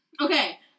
Okay